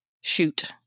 shoot